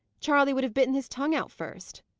charley would have bitten his tongue out first.